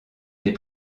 des